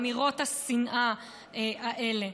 אמירות השנאה האלה.